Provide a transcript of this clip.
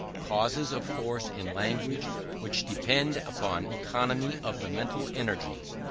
causes of force in language which depend upon economy of the mental energies.